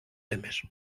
temes